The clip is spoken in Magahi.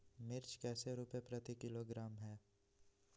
मिर्च कैसे रुपए प्रति किलोग्राम है?